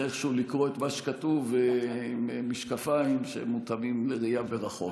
איכשהו לקרוא את מה שכתוב עם משקפיים שמותאמים לראייה מרחוק,